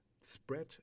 spread